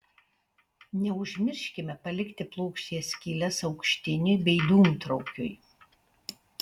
neužmirškime palikti plokštėje skyles aukštiniui bei dūmtraukiui